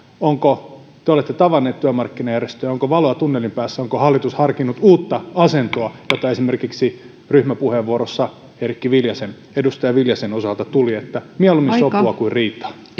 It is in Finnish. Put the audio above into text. kun te olette tavannut työmarkkinajärjestöjä onko valoa tunnelin päässä onko hallitus harkinnut uutta asentoa tätä esimerkiksi ryhmäpuheenvuorossa edustaja eerikki viljasen osalta tuli mieluummin sopua kuin riitaa